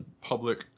public